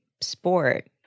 sport